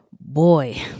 Boy